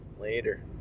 Later